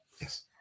yes